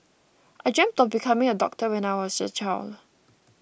I dreamt of becoming a doctor when I was a child